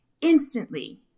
instantly